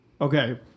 Okay